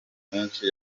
menshi